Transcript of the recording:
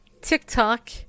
TikTok